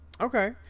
okay